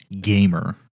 gamer